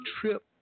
trip